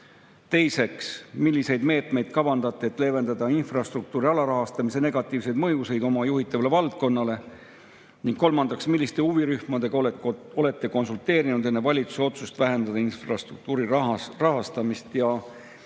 Teiseks, milliseid meetmeid kavandate, et leevendada infrastruktuuri alarahastamise negatiivseid mõjusid oma juhitavale valdkonnale? Kolmandaks, milliste huvirühmadega olete konsulteerinud enne valitsuse otsust vähendada infrastruktuuri rahastamist?